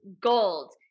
gold